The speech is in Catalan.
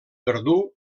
verdú